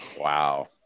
Wow